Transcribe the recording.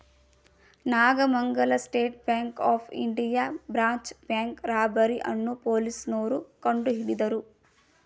Nagamangala State Bank of India branch bank robbery ಅನ್ನೋ ಪೊಲೀಸ್ನೋರು ಕಂಡುಹಿಡಿದರು